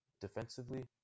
Defensively